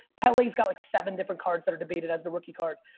pele has got like seven different cards that are debated as the rookie card.